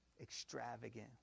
extravagant